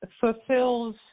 fulfills